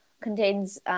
contains